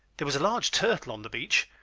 there was a large turtle on the beach.